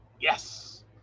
Yes